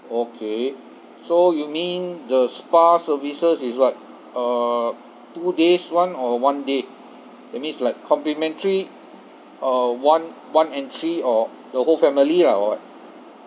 okay so you mean the spa services is what uh two days [one] or one day that means like complimentary uh one one entry or the whole family lah or what